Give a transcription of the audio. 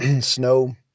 snow